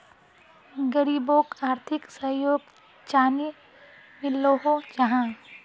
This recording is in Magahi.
गरीबोक आर्थिक सहयोग चानी मिलोहो जाहा?